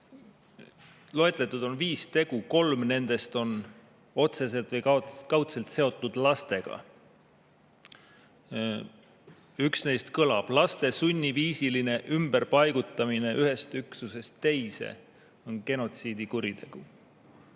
Loetletud on viis tegu, kolm nendest on otseselt või kaudselt seotud lastega. Üks neist kõlab nii: "Laste sunniviisiline ümberpaigutamine ühest üksusest teise on genotsiidikuritegu."Venemaa